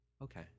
Okay